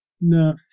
No